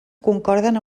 concorden